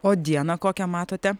o dieną kokią matote